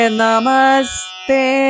namaste